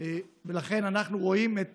לכן אנחנו רואים את